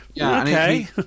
okay